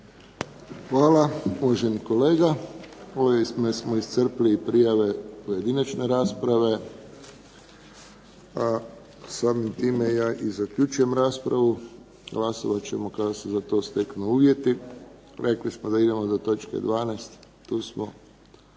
Hvala uvaženi kolega. Ovime smo iscrpili prijave pojedinačne rasprave, a samim time ja i zaključujem raspravu. Glasovat ćemo kada se za to steknu uvjeti. Rekli smo da idemo do točke 12. Tu smo